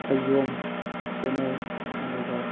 ꯐꯩꯖꯣꯝ ꯁꯦꯠꯅꯩ ꯑꯗꯨꯒ